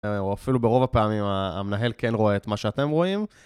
או אפילו ברוב הפעמים המנהל כן רואה את מה שאתם רואים.